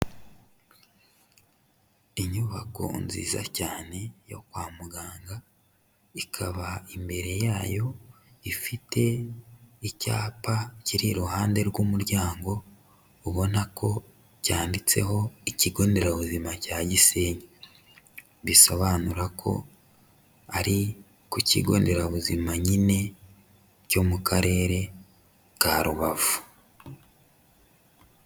Inyubako nziza cyane yo kwa muganga, ikaba imbere yayo ifite icyapa kiri iruhande rw'umuryango ubona ko cyanditseho ikigo nderabuzima cya Gisenyi, bisobanura ko ari ku kigo nderabuzima nyine cyo mu karere ka Rubavu.